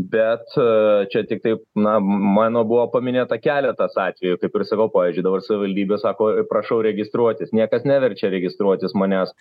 bet čia tiktai na mano buvo paminėta keletas atvejų kaip ir sakau pavyzdžiui dabar savivaldybė sako prašau registruotis niekas neverčia registruotis manęs